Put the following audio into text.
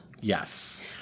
Yes